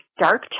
dark